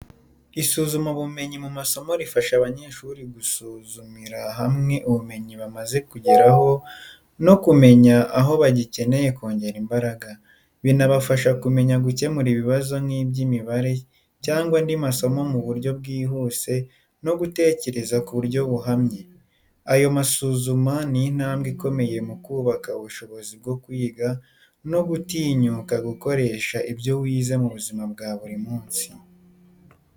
Isuzumabumenyi mu masomo rifasha abanyeshuri gusuzumira hamwe ubumenyi bamaze kugeraho no kumenya aho bagikeneye kongera imbaraga. Binabafasha kumenya gukemura ibibazo nk’iby'imibare cyangwa andi masomo mu buryo bwihuse no gutekereza ku buryo buhamye. Ayo masuzuma ni intambwe ikomeye mu kubaka ubushobozi bwo kwiga no gutinyuka gukoresha ibyo wize mu buzima bwa buri munsi.